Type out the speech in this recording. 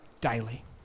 daily